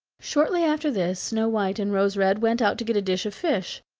shortly after this snow-white and rose-red went out to get a dish of fish.